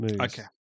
Okay